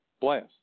blast